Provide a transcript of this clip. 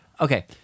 Okay